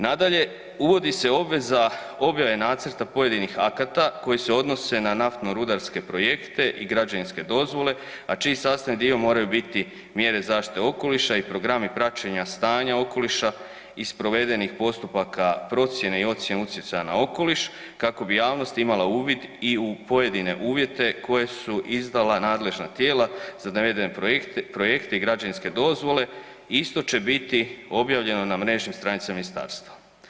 Nadalje, uvodi se obveza objave nacrta pojedinih akata koji se odnose na naftno-rudarske projekte i građevinske dozvole, a čiji sastavni dio moraju biti mjere zaštite okoliša i programi praćenja stanja okoliša iz provedenih postupaka procjene i ocjene utjecaja na okoliš kako bi javnost imala uvid i u pojedine uvjete koje su izdala nadležna tijela za navedene projekte i građevinske dozvole, isto će biti objavljeno na mrežnim stranicama ministarstva.